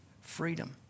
Freedom